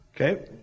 Okay